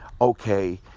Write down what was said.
okay